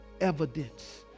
evidence